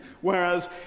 whereas